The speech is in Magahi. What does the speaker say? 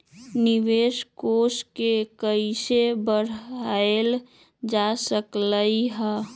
निवेश कोष के कइसे बढ़ाएल जा सकलई ह?